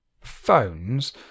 phones